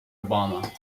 obama